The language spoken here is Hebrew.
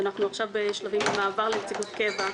שנמצאת בשלבים למעבר לנציגות קבע.